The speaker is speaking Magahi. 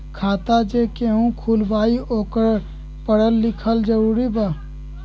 खाता जे केहु खुलवाई ओकरा परल लिखल जरूरी वा?